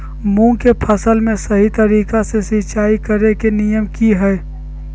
मूंग के फसल में सही तरीका से सिंचाई करें के नियम की हय?